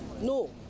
No